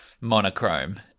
monochrome